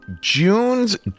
June's